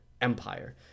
empire